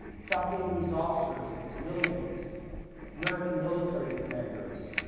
south vietnamese officers and civilians american military commanders